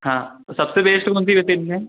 हाँ तो सबसे बेस्ट कौन सी रहती भैया